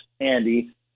Andy